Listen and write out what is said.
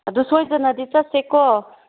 ꯑꯗꯨ ꯁꯣꯏꯗꯅꯗꯤ ꯆꯠꯁꯦꯀꯣ